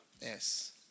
Yes